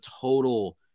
total